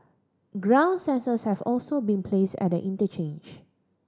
ground sensors have also been placed at the interchange